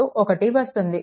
5v2 1 వస్తుంది